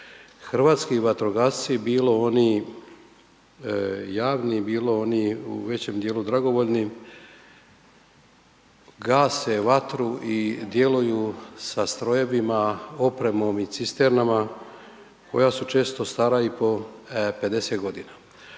Hrvatski vatrogasci, bilo oni javni, bilo oni u većem dijelu dragovoljni, gase vatru i djeluju sa strojevima, opremom i cisternama koja su često stara i po 50 godina.